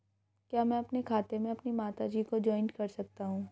क्या मैं अपने खाते में अपनी माता जी को जॉइंट कर सकता हूँ?